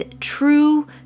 true